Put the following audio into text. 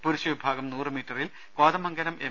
പുരുഷ വിഭാഗം നൂറുമീറ്ററിൽ കോതമംഗലം എം